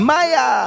Maya